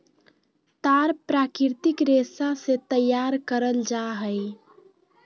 तार प्राकृतिक रेशा से तैयार करल जा हइ